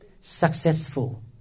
successful